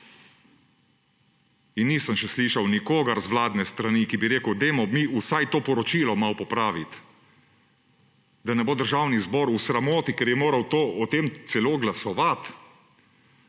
In nisem še slišal nikogar z vladne strani, ki bi rekel, dajmo mi vsaj to poročilo malo popraviti, da ne bo Državni zbor v sramoti, ker je moral o tem celo glasovati.